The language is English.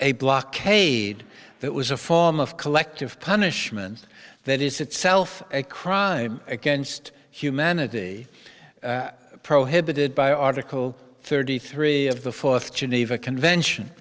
a blockade that was a form of collective punishment that is itself a crime against humanity prohibited by article thirty three of the fourth geneva convention